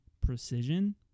precision